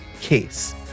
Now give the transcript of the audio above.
case